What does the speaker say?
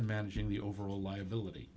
in managing the overall liability